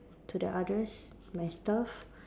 to the others my staff